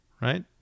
right